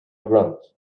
grunt